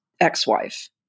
ex-wife